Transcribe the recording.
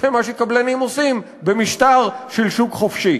זה מה שקבלנים עושים במשטר של שוק חופשי.